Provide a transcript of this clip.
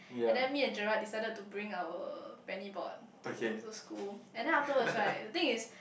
and then me and Jerad decided to bring our penny board to to school and then afterwards right the thing is